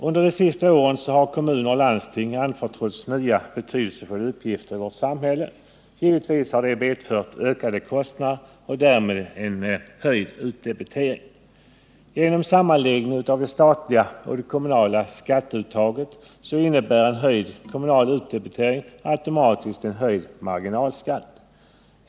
Under de senaste årtiondena har kommunerna och landstingen anförtrotts nya betydelsefulla uppgifter i vårt samhälle. Givetvis har detta medfört ökade kostnader och därmed en höjd utdebitering. Genom sammanläggningen av det statliga och det kommunala skatteuttaget innebär en höjd kommunal utdebitering automatiskt en höjd marginalskatt.